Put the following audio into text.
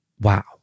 Wow